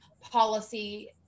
policy